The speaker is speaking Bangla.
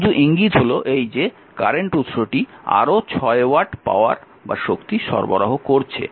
শুধু ইঙ্গিত হল এই যে এই কারেন্ট উত্সটি আরও 6 ওয়াট শক্তি সরবরাহ করছে